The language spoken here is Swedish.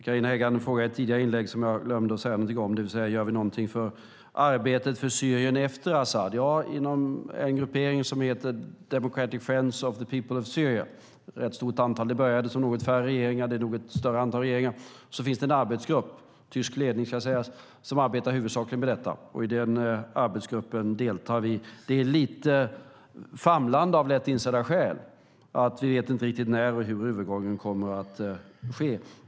Carina Hägg ställde en fråga i ett tidigare inlägg som jag glömde att säga någonting om, det vill säga om vi gör någonting för arbetet för Syrien efter Assad. Det gör vi inom en gruppering som heter Democratic Friends of the People of Syria. Det började som en arbetsgrupp mellan något färre regeringar, men det är nu ett större antal som under tysk ledning - det ska sägas - arbetar huvudsakligen med detta. I denna arbetsgrupp deltar Sverige. Det är lite famlande, av lätt insedda skäl, eftersom vi inte riktigt vet när och hur övergången kommer att ske.